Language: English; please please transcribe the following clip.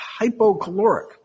hypocaloric